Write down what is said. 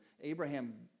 Abraham